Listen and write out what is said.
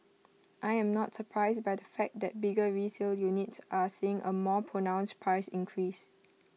I am not surprised by the fact that bigger resale units are seeing A more pronounced price increase